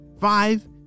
Five